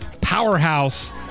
powerhouse